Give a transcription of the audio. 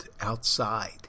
outside